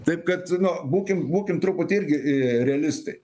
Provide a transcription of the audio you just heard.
taip kad na būkim būkim truputį irgi iii realistai